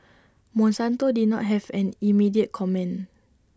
monsanto did not have an immediate comment